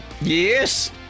Yes